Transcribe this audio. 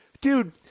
Dude